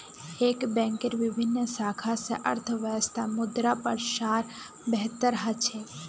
एक बैंकेर विभिन्न शाखा स अर्थव्यवस्थात मुद्रार प्रसार बेहतर ह छेक